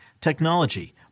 technology